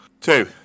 Two